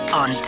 on